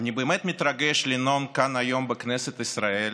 אני באמת מתרגש לנאום כאן היום בכנסת ישראל,